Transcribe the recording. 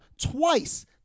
Twice